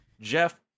Jeff